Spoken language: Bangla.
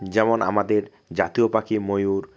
যেমন আমাদের জাতীয় পাখি ময়ূর